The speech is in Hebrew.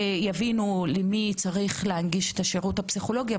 יבינו למי צריך להנגיש את השירות הפסיכולוגי.